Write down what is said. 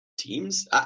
teams